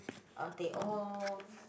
uh Teh-O